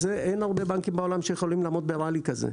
אין בעולם הרבה בנקים שיכולים לעמוד ב-rally כזה.